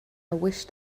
wished